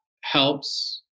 helps